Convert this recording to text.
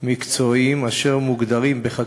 הרשות לניהול המאגר הביומטרי מקיימת את הוראות החוק